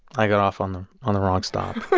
i got off on the on the wrong stop